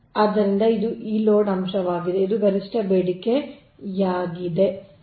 ಆದ್ದರಿಂದ ಇದು ಈಗ ಲೋಡ್ ಅಂಶವಾಗಿದೆ ಅದು ಗರಿಷ್ಠ ಬೇಡಿಕೆಯಾಗಿದೆ